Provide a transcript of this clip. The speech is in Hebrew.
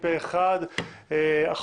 פה אחד הקדמת הדיון לקריאה ראשונה אושרה.